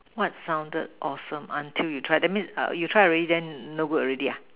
what sounded awesome until you try that means you try already then no good already ah